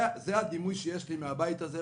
זה הדימוי שיש לי מהבית הזה,